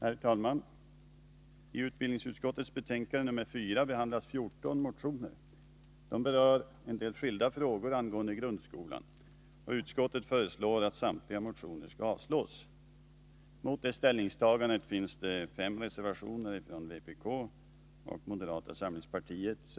Herr talman! I utbildningsutskottets betänkande nr 4 behandlas 14 motioner. De berör en del skilda frågor angående grundskolan. Utskottet föreslår att samtliga motioner skall avslås. Mot detta ställningstagande finns det 5 reservationer från vpk och 3 reservationer från moderata samlingspartiet.